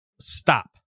stop